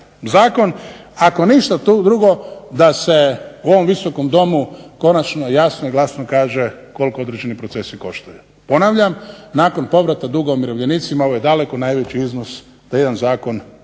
zakon. Ako ništa tu drugo, da se u ovom Visokom domu konačno jasno i glasno kaže koliko određeni procesi koštaju. Ponavljam, nakon povrata duga umirovljenicima ovo je daleko najveći iznos da jedan zakon